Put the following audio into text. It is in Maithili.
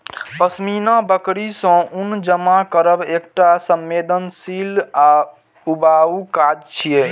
पश्मीना बकरी सं ऊन जमा करब एकटा संवेदनशील आ ऊबाऊ काज छियै